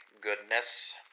goodness